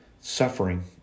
suffering